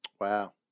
Wow